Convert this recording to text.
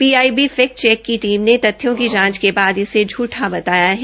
PIB fact check की team ने तथ्यों की जांच के बाद इसे झूठा बताया है